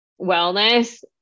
wellness